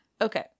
okay